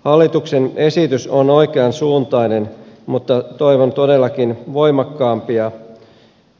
hallituksen esitys on oikean suuntainen mutta toivon todellakin voimakkaampiakin